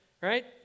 right